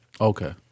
Okay